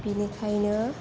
बिनिखायनो